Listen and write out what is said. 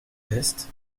veste